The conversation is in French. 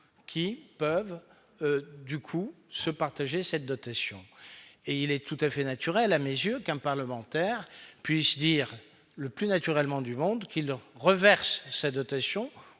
qui peuvent du coup se partager cette dotation, et il est tout à fait naturel à mes yeux qu'un parlementaire puisse dire le plus naturellement du monde qui leur reverse sa dotation